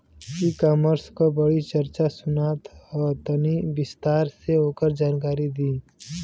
ई कॉमर्स क बड़ी चर्चा सुनात ह तनि विस्तार से ओकर जानकारी दी?